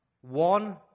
one